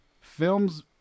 Films